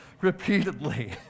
repeatedly